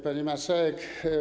Pani Marszałek!